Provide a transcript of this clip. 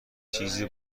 چیزی